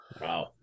Wow